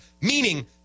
meaning